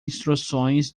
instruções